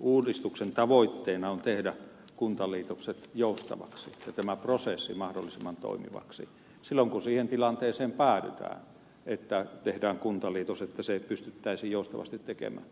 uudistuksen tavoitteena on tehdä kuntaliitokset joustaviksi ja tämä prosessi mahdollisimman toimivaksi silloin kun siihen tilanteeseen päädytään että tehdään kuntaliitos että se pystyttäisiin joustavasti tekemään